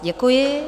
Děkuji.